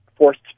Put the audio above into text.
forced